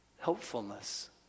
helpfulness